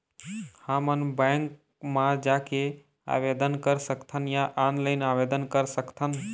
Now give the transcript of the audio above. हमन बैंक मा जाके आवेदन कर सकथन या ऑनलाइन आवेदन कर सकथन?